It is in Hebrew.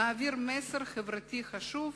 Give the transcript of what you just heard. נעביר מסר חברתי חשוב: